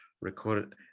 Recorded